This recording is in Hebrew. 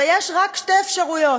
ויש רק שתי אפשרויות: